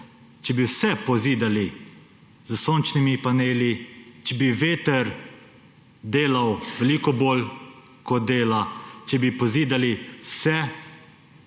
Če bi vse pozidali s sončnimi paneli, če bi veter delal veliko bolj kot dela, če bi pozidali vse